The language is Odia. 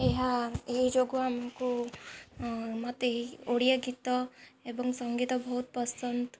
ଏହା ଏହି ଯୋଗୁଁ ଆମକୁ ମୋତେ ଓଡ଼ିଆ ଗୀତ ଏବଂ ସଙ୍ଗୀତ ବହୁତ ପସନ୍ଦ